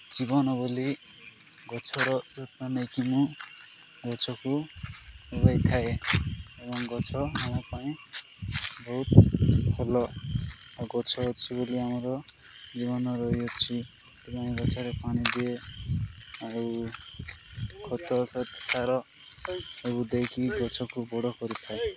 ଜୀବନ ବୋଲି ଗଛର ଯତ୍ନ ନେଇକି ମୁଁ ଗଛକୁ ଉଗାଇଥାଏ ଏବଂ ଗଛ ଆମ ପାଇଁ ବହୁତ ଭଲ ଆଉ ଗଛ ଅଛି ବୋଲି ଆମର ଜୀବନ ରହିଅଛି ଏବଂ ଗଛରେ ପାଣି ଦିଏ ଆଉ ଖତ ଶ୍ଵେତସାର ସବୁ ଦେଇକି ଗଛକୁ ବଡ଼ କରିଥାଏ